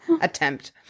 Attempt